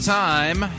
time